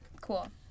Cool